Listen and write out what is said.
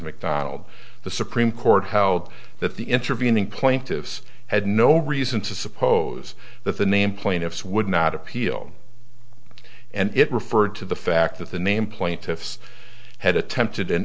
mcdonald the supreme court how that the intervening plaintiffs had no reason to suppose that the name plaintiffs would not appeal and it referred to the fact that the name plaintiffs had attempted